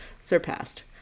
surpassed